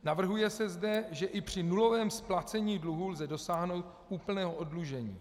Navrhuje se zde, že i při nulovém splacení dluhů lze dosáhnout úplného oddlužení.